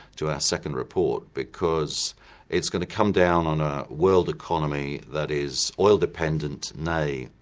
to our second report because it's going to come down on a world economy that is oil dependent, nay,